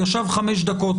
ישב חמש דקות,